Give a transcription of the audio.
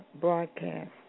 broadcast